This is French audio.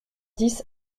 dix